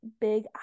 big